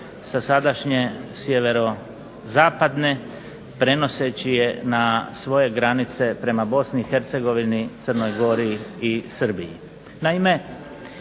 sa sadašnje sjeverozapadne, prenoseći je na svoje granice prema Bosni i Hercegovini, Crnoj Gori i Srbiji.